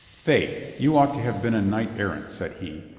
faith, you ought to have been a knight errant, said he.